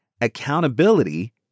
Accountability